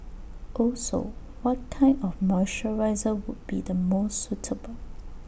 also what kind of moisturiser would be the most suitable